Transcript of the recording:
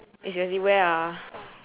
is where ah